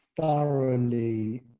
thoroughly